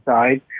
inside